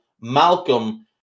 Malcolm